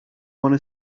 want